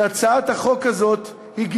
שהצעת החוק הזאת היא גימיק,